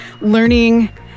learning